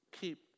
Keep